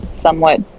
somewhat